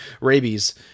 rabies